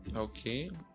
okay